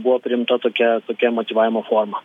buvo priimta tokia tokia motyvavimo forma